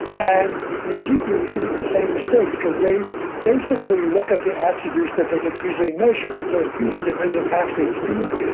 and they keep repeating the same mistakes, because they basically look at the attributes that they can easily measure, those easy to measure athlete speed,